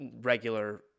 regular